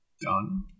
done